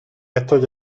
estos